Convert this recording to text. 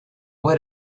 would